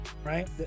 right